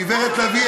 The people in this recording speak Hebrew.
גברת לביא,